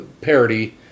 parody